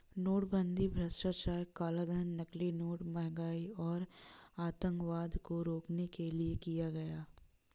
नोटबंदी भ्रष्टाचार, कालाधन, नकली नोट, महंगाई और आतंकवाद को रोकने के लिए किया गया